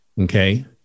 Okay